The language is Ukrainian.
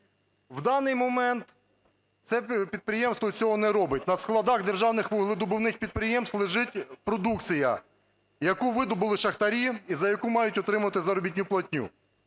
У даний момент це підприємство цього не робить. На складах державних вуглевидобувних підприємств лежить продукція, яку видобули шахтарі і за яку мають отримувати заробітну платню.